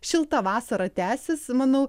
šilta vasara tęsis manau